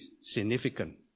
significant